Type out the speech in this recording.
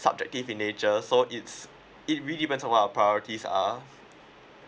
subjective in nature so it's it really depends on our priorities are